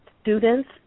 students